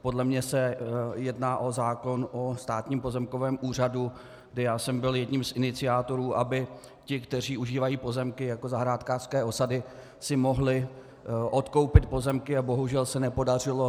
Podle mne se jedná o zákon o Státním pozemkovém úřadu, kdy já jsem byl jedním z iniciátorů, aby ti, kteří užívají pozemky jako zahrádkářské osady, si mohli odkoupit pozemky, a bohužel se nepodařilo.